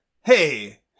Hey